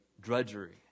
drudgery